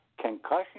Concussion